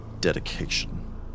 dedication